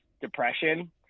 depression